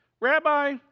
Rabbi